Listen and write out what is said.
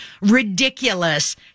ridiculous